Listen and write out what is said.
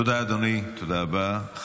תודה רבה, אדוני.